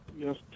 Yes